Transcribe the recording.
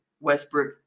Westbrook